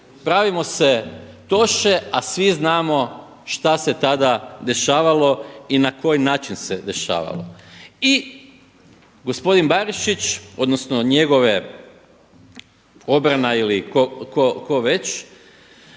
Pravimo se Toše, a svi znamo šta se tada dešavalo i na koji način se dešavalo. I gospodin Barišić, odnosno njegove obrana ili tko već